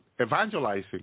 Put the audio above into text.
evangelizing